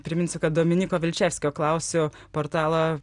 priminsiu kad dominiko vilčevskio klausiu portalo